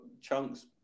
Chunk's